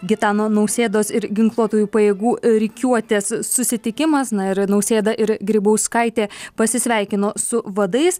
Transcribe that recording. ir gitano nausėdos ir ginkluotųjų pajėgų rikiuotės susitikimas na ir nausėda ir grybauskaitė pasisveikino su vadais